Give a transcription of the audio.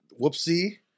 whoopsie